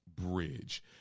bridge